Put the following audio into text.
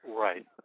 right